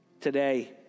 today